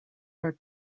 are